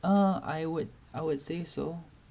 err I would I would say so